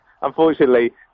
unfortunately